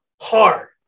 Hard